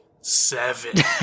seven